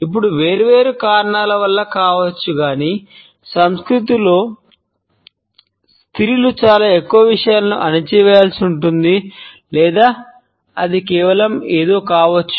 ఇప్పుడు ఇది వేర్వేరు కారణాల వల్ల కావచ్చు గాని సంస్కృతిలో స్త్రీలు చాలా ఎక్కువ విషయాలను అణచివేయవలసి ఉంటుంది లేదా అది కేవలం ఏదో కావచ్చు